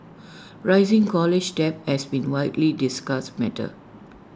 rising college debt has been widely discussed matter